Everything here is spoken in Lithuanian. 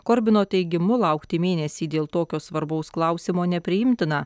korbino teigimu laukti mėnesį dėl tokio svarbaus klausimo nepriimtina